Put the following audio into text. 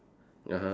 (uh huh)